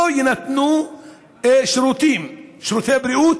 שירותי בריאות,